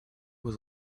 was